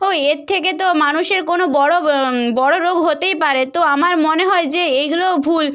ও এর থেকে তো মানুষের কোনো বড় বড় রোগ হতেই পারে তো আমার মনে হয় যে এইগুলো ভুল